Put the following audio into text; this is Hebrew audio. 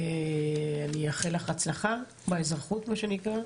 לאחל לך הצלחה באזרחות, מה שנקרא,